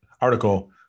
article